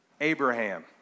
Abraham